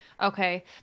okay